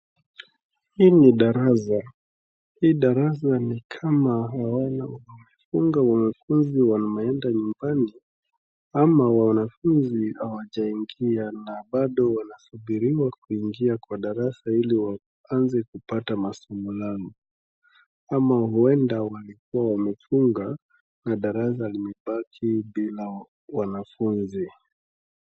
Hii ni darasa, hii darasa ni kama wamefunga wanafunzi wameenda nyumbani ama wanafunzi hawajaingia na bado wanasubiriwa kuingia kwa darasa ili waanze kupata masomo yao, ama huenda walikuwa wamefunga na darasa limebaki bila wanafunzi.